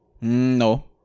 no